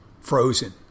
Frozen